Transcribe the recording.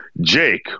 Jake